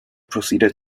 proceeded